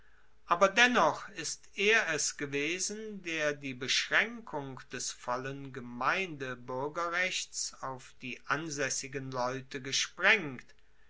aber dennoch ist er es gewesen der die beschraenkung des vollen gemeindebuergerrechts auf die ansaessigen leute gesprengt